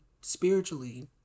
spiritually